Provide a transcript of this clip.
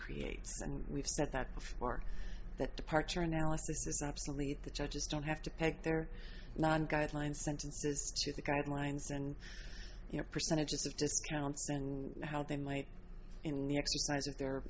creates and we've spent that before that departure analysis is obsolete the judges don't have to pick they're not guidelines sentences to the guidelines and you know percentages of discounts and how they might in the